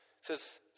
says